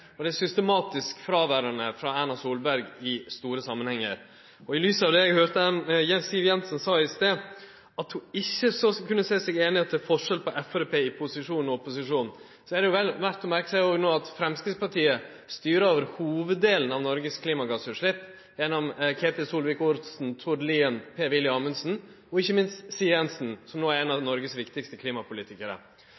er systematisk fråverande frå Erna Solberg i store samanhengar. I lys av det eg høyrde Siv Jensen sa i stad om at ho ikkje kunne seie seg einig i at det er forskjell på Framstegspartiet i opposisjon og posisjon, er det vel verdt å merke seg òg at Framstegspartiet no styrer hovuddelen av norsk klimagassutslepp gjennom Ketil Solvik-Olsen, Tord Lien, Per-Willy Amundsen og ikkje minst Siv Jensen, som no er ein av